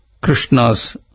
Krishna's